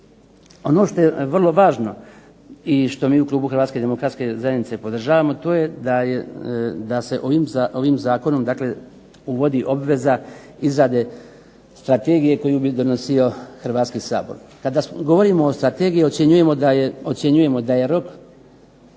Ono što je vrlo važno i što mi u klubu HDZ-a podržavamo to je da se ovim zakonom uvodi obveza izrada strategije koju bi donosio Hrvatski sabor. Kada govorimo o strategiji ocjenjujemo da je